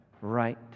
right